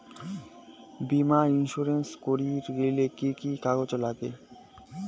বীমা ইন্সুরেন্স করির গেইলে কি কি কাগজ নাগে?